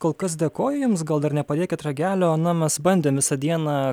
kol kas dėkoju jums gal dar nepadėkit ragelio na mes bandėm visą dieną